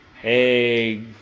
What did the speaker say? Hey